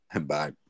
bye